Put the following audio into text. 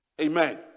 amen